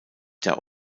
der